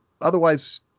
otherwise